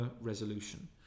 resolution